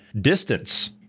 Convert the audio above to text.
distance